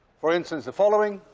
for instance, the following.